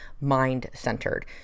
mind-centered